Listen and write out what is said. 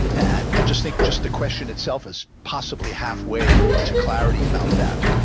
and i just think just the question itself is possibly halfway to clarity about that,